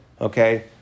okay